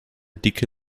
dicke